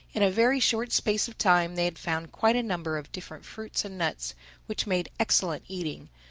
in a very short space of time they had found quite a number of different fruits and nuts which made excellent eating,